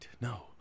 No